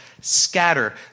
scatter